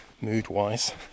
mood-wise